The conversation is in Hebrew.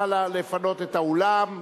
נא לפנות את האולם.